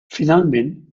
finalment